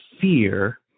fear